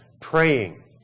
praying